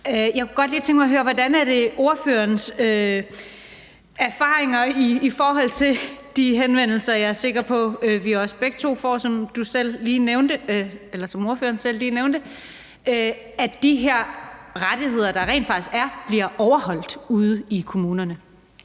Jeg kunne godt lige tænke mig at høre, hvordan ordførerens erfaringer er i forhold til de henvendelser, jeg er sikker på vi også begge to får, som ordføreren selv lige nævnte, om de her rettigheder, der rent faktisk er: Bliver de overholdt ude i kommunerne?